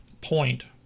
point